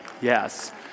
Yes